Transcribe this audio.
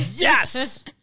Yes